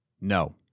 No